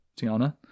Tiana